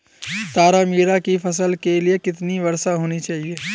तारामीरा की फसल के लिए कितनी वर्षा होनी चाहिए?